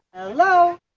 hello